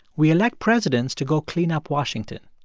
we elect presidents to go clean up washington.